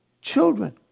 Children